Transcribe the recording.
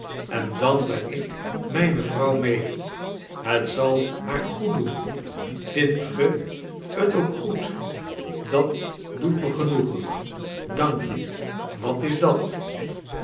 en dan breng ik mijne vrouw mee het zal haar goed doen vindt ge t ook goed dat doet me genoegen dank je wat is dat